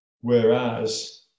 Whereas